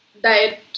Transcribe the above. diet